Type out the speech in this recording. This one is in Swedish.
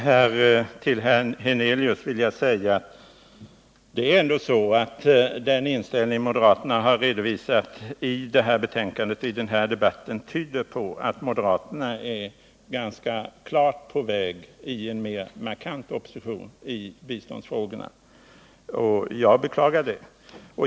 Herr talman! Till herr Hernelius vill jag säga att det ändå är så att den inställning moderaterna har redovisat i utskottsbetänkandet och i den här debatten tyder på att moderaterna är ganska klart på väg mot en mer markerad oppositionsställning i biståndsfrågorna, och jag beklagar det.